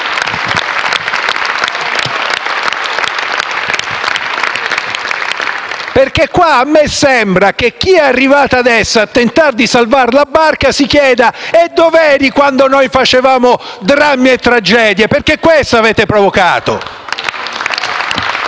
Perché qua a me sembra che chi è arrivato adesso a tentare di salvare la barca si chieda: «Dov'eri quando noi facevamo drammi e tragedie?». Perché questo avete provocato! *(Applausi